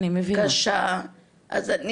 אני מבינה.